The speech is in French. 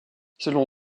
selon